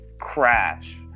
crash